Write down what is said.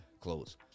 close